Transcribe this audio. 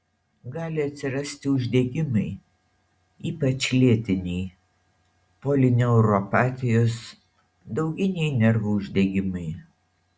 gali atsirasti uždegimai ypač lėtiniai polineuropatijos dauginiai nervų uždegimai